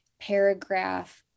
paragraph